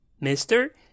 Mister